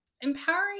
Empowering